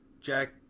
Jack